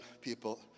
people